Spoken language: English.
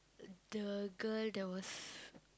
the girl that was